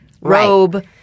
robe